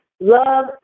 Love